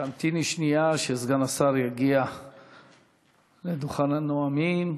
תמתיני שנייה שסגן השר יגיע לדוכן הנואמים.